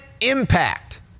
impact